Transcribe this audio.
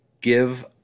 give